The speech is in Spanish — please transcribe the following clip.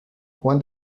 juan